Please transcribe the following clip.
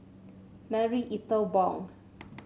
Marie Ethel Bong